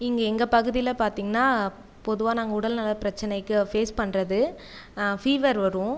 இங்கே எங்கள் பகுதியில் பார்த்தீங்கனா பொதுவாக நாங்கள் உடல்நல பிரச்சினைக்கு ஃபேஸ் பண்ணுறது ஃபீவர் வரும்